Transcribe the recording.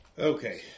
Okay